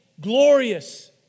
glorious